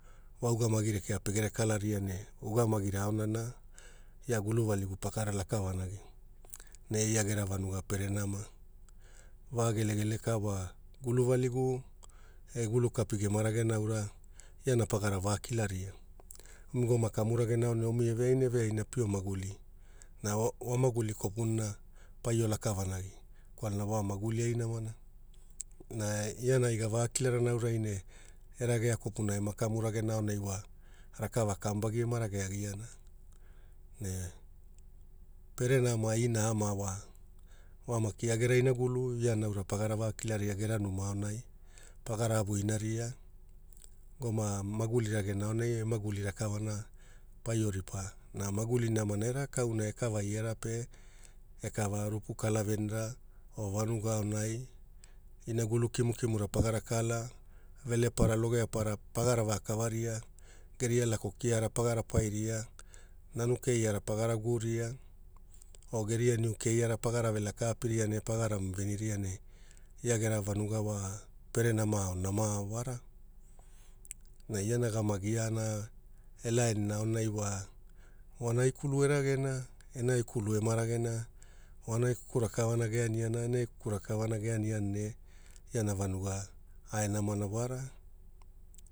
Wa ugamagi rekea pegere kalaria ne ugamagira aonana ia guluvaligu pagara laka vanagi ne ia gera vanuga pere nama va gelegele ka wa guluvaligu e gulukapi gema ragena aura iana pagara va kilaria omi goma kamu ragena aonai omi eveaina eveaina pio maguli na wa maguli kopunana paio laka vanagi kwalana wa maguli ai namana na iana ai gava kilarana aurai ne eragea kopuna ema kamu ragena aonai wa rakava kamuvagi ema rageagiana ne pere nama ina ama wa wa maki ia gera inagulu ia naura pagara va kilaria gera numa aonai pagara avuinaria goma maguli ragena aonai emaguli rakavana paio ripa na maguli namana era kauna ekavai era pe ekava rupu kalavenira o vanuga aonai inagulu kimukimura pagara kala velepara logeapara pagara vakavaria geria lako kiara pagara pairia nanu keiara pagara gu ria o geria niu keiara pagara ve laka apiria ne pagarama veniria ne ia gera vanuga wa pere nama ao nama ao wara ne iana gama giana elainina aonai wa wanai kulu eragena enai kulu ema ragena wanai kuku rakavana ge aniana enai kuku rakavana ge aniana ne iana vanuga ae namana wara